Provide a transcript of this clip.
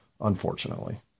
unfortunately